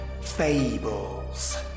fables